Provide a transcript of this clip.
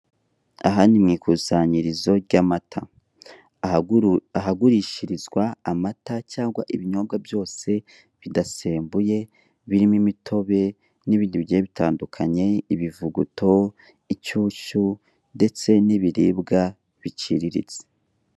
Aha ni mu ikusanyirizo ry'amata ,ahagurishirizwa amata cyangwa ibinyobwa byose bidasembuye birimo imitobe n'ibindi bigiye bitandukanye ibivuguto, inshyushyu ndetse n'ibiribwa biciriritse.